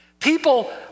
People